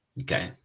okay